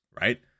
Right